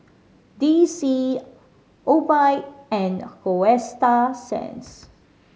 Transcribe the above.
D C Obike and Coasta Sands